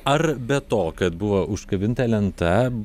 ar be to kad buvo užkabinta lenta